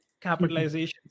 capitalization